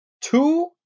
Two